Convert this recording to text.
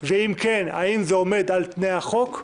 ואם כן, האם זה עומד בתנאי החוק?